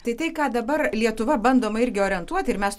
tai tai ką dabar lietuva bandoma irgi orientuoti ir mes